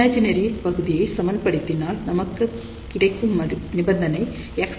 imaginary பகுதியைச் சமன்படுத்தினால் நமக்கு கிடைக்கும் நிபந்தனை XLXout0